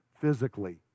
physically